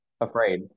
afraid